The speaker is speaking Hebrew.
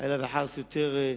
חלילה וחס יותר,